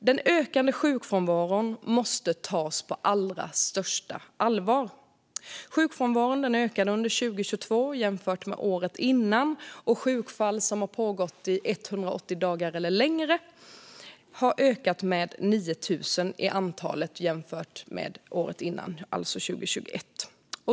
Den ökande sjukfrånvaron måste tas på allra största allvar. Sjukfrånvaron ökade under 2022 jämfört med året innan. Sjukfall som pågått i 180 dagar eller längre ökade med 9 000 till antalet jämfört med året innan, alltså 2021.